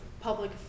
public